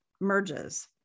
merges